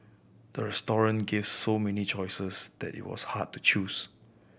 the restaurant gave so many choices that it was hard to choose